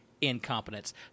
incompetence